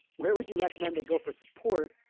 where would you recommend they go for support,